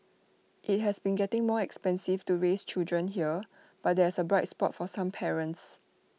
IT has been getting more expensive to raise children here but there is A bright spot for some parents